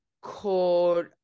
called